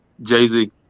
Jay-Z